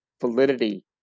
validity